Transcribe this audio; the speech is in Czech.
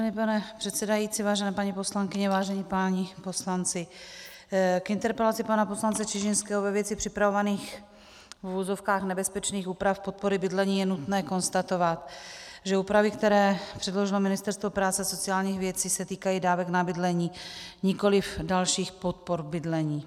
Vážený pane předsedající, vážené paní poslankyně, vážení páni poslanci, k interpelaci pana poslance Čižinského ve věci připravovaných, v uvozovkách nebezpečných úprav podpory bydlení je nutné konstatovat, že úpravy, které předložilo Ministerstvo práce a sociálních věcí, se týkají dávek na bydlení, nikoliv dalších podpor v oblasti bydlení.